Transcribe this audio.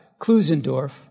Klusendorf